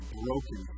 broken